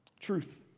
Truth